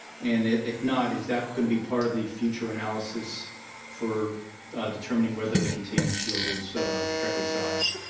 and if not, is that gonna be part of the future analysis for determining whether the containment shield is correctly sized?